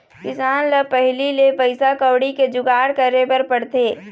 किसान ल पहिली ले पइसा कउड़ी के जुगाड़ करे बर पड़थे